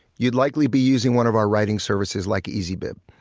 you'd likely be using one of our writing services like easybib.